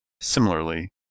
Similarly